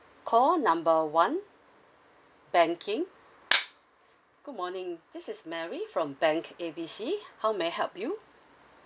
call number one banking good morning this is mary from bank A B C how may I help you